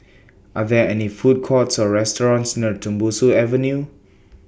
Are There any Food Courts Or restaurants near Tembusu Avenue